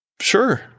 Sure